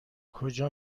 کجا